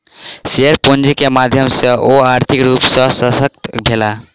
share पूंजी के माध्यम सॅ ओ आर्थिक रूप सॅ शशक्त भेला